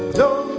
no,